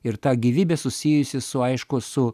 ir ta gyvybė susijusi su aišku su